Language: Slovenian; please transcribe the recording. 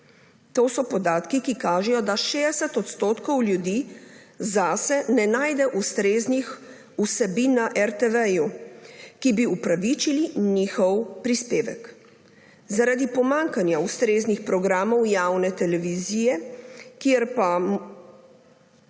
To so podatki, ki kažejo, da 60 odstotkov ljudi zase ne najde ustreznih vsebin na RTV, ki bi opravičili njihov prispevek. Zaradi pomanjkanja ustreznih programov javne televizije se